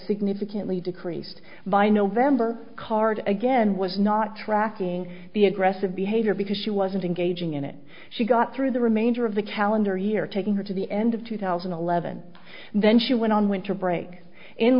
significantly decreased by november card again was not tracking the aggressive behavior because she wasn't engaging in it she got through the remainder of the calendar year taking her to the end of two thousand and eleven and then she went on winter break in